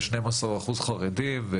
12% חרדים,